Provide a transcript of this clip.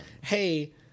hey